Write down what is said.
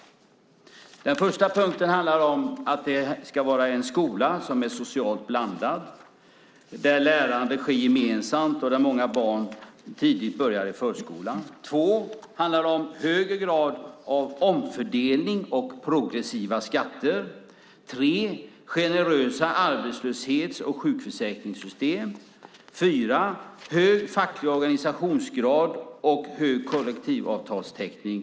Den första punkten handlar om att det ska vara en skola som är socialt blandad, där lärande sker gemensamt och där många barn tidigt börjar i förskolan. Den andra punkten handlar om högre grad av omfördelning och progressiva skatter. Den tredje punkten är generösa arbetslöshets och sjukförsäkringssystem. Punkt fyra handlar om hög facklig organisationsgrad och hög kollektivavtalstäckning.